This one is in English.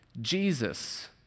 Jesus